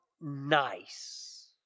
nice